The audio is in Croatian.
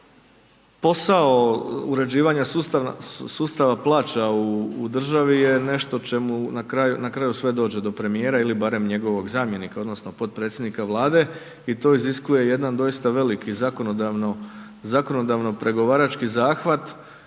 posao uređivanja sustav plaća u državi je nešto čemu, na kraju sve dođe do premijera ili barem njegovog zamjenika odnosno podpredsjednika Vlade, i to iziskuje jedan doista veliki zakonodavno pregovarački zahvat